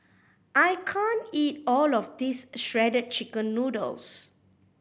I can't eat all of this Shredded Chicken Noodles